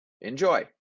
Enjoy